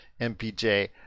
MPJ